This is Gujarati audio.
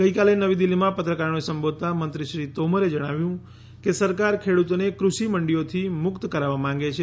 ગઈકાલે નવી દિલ્હીમાં પત્રકારોને સંબોધતા મંત્રીશ્રી તોમરે જણાવ્યું કે સરકાર ખેડૂતોને કૃષિમંડીઓથી મુક્ત કરાવવા માંગે છે